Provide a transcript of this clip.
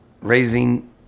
raising